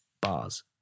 bars